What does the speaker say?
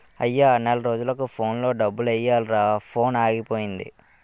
అయ్యా నెల రోజులకు ఫోన్లో డబ్బులెయ్యిరా ఫోనాగిపోయింది